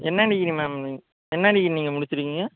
என்ன degree ma'am என்ன degree நீங்கள் முடித்திருக்கிங்க